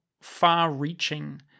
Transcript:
far-reaching